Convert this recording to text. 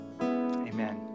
Amen